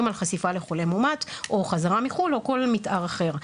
על חשיפה לחולה מאומת או חזרה מחו"ל או כל מתאר אחר.